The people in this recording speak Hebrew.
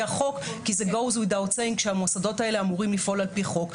החוק כי ברור שהמוסדות האלה אמורים לפעול על פי חוק.